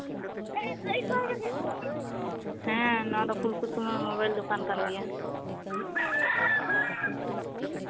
ᱦᱮᱸ ᱱᱚᱶᱟ ᱫᱚ ᱯᱷᱩᱞᱠᱩᱥᱢᱟᱹ ᱢᱳᱵᱟᱭᱤᱞ ᱫᱚᱠᱟᱱ ᱠᱟᱱ ᱜᱮᱭᱟ